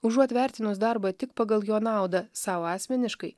užuot vertinus darbą tik pagal jo naudą sau asmeniškai